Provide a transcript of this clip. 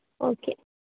okay